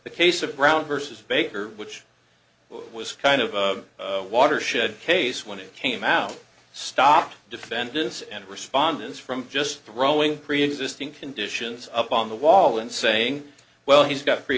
the case of brown versus baker which was kind of a watershed case when it came out stop defendants and respondents from just throwing preexisting conditions up on the wall and saying well he's got